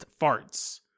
farts